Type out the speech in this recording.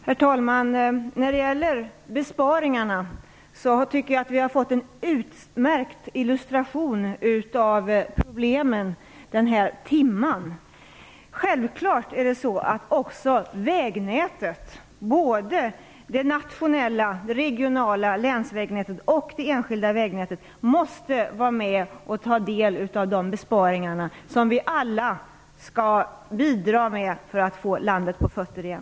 Herr talman! När det gäller besparingar har vi under den här timmen fått en utmärkt illustration av problemen. Självfallet måste också vägnätet, både det regionala länsvägnätet och det enskilda vägnätet, bli föremål för de besparingar som vi alla skall bidra till för att få landet på fötter igen.